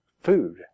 food